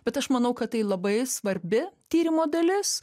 bet aš manau kad tai labai svarbi tyrimo dalis